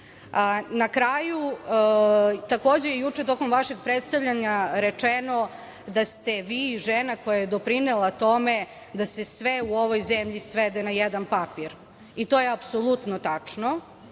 kraju, takođe je juče tokom vašeg predstavljanja rečeno da ste vi žena koja je doprinela tome da se sve u ovoj zemlji svede na jedan papir i to je apsolutno tačno.